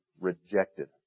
rejected